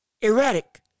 erratic